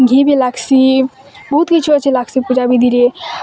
ଘିଁ ବି ଲାଗ୍ସି ବହୁତ୍ କିଛି ଅଛି ଲାଗ୍ସି ପୂଜା ବିଧିରେ